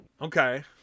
Okay